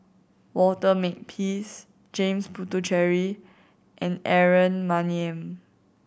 Walter Makepeace James Puthucheary and Aaron Maniam